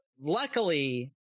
luckily